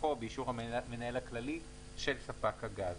הסמיכו באישור המנהל הכללי של ספק הגז".